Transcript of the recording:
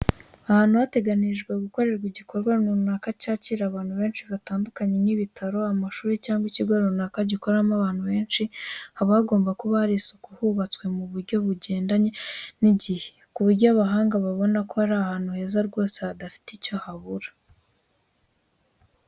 Ahantu hateganirijwe gukorerwa igikorwa runaka cyakira abantu benshi batandukanye, nk'ibitaro, amashuri cyangwa ikigo runaka gikoramo abantu benshi haba hagomba kuba hari isuku hubatswe mu buryo bugendanye n'igihe, ku buryo abahagana babona ko ari ahantu heza rwose hadafite icyo habura.